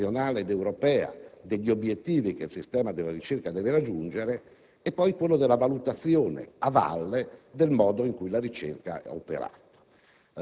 nazionale ed europea degli obiettivi che il sistema della ricerca deve raggiungere e quello della valutazione, a valle, del modo in cui la ricerca opera.